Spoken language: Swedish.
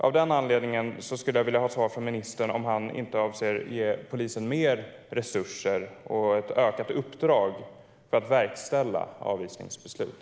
Av denna anledning undrar jag om ministern avser att ge polisen mer resurser och ett utökat uppdrag att verkställa avvisningsbeslut.